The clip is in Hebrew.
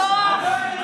כוח,